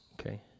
okay